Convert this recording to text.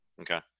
Okay